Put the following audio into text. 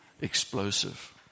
explosive